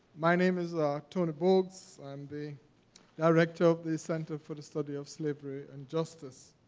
my name is tony bogues. i'm the director of the center for the study of slavery and justice.